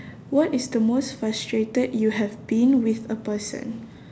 what is the most frustrated you have been with a person